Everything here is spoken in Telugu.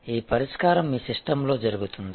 ఈ పరిష్కారం మీ సిస్టమ్లో జరుగుతుంది